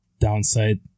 downside